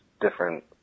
different